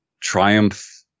Triumph